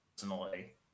personally